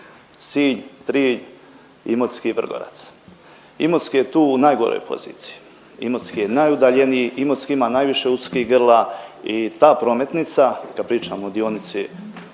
Sinj, Trilj, Imotski i Vrgorac. Imotski je tu u najgoroj poziciji, Imotski je najudaljeniji, Imotski ima najviše uskih grla i ta prometnica, kad pričamo o dionici